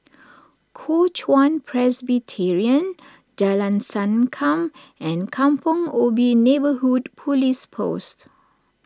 Kuo Chuan Presbyterian Jalan Sankam and Kampong Ubi Neighbourhood Police Post